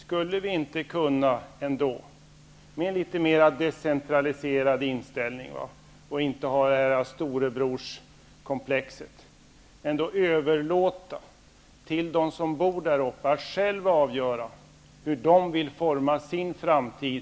Borde vi inte kunna visa en litet mera decentraliserad inställning, avstå från storebrorsattityden och överlåta till dem som bor i denna isolerade kommun att själva avgöra hur de vill forma sin framtid?